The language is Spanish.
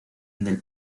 del